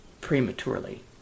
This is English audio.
prematurely